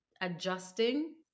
adjusting